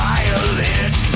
Violent